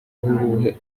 uwuhe